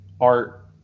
art